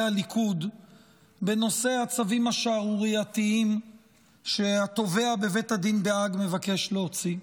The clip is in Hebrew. הליכוד בנושא הצווים השערורייתיים שהתובע בבית הדין בהאג מבקש להוציא.